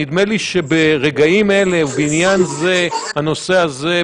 נדמה לי שברגעים אלה ובעניין זה הנושא הזה,